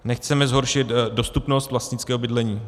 Nechceme zhoršit dostupnost vlastnického bydlení.